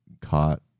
caught